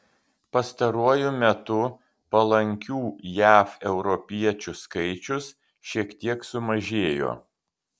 pastaruoju metu palankių jav europiečių skaičius šiek tiek sumažėjo